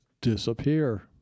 disappear